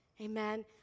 Amen